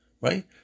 right